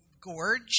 gorge